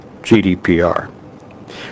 GDPR